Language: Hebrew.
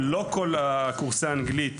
לא כל קורסי האנגלית